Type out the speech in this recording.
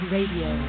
Radio